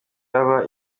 baba